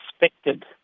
expected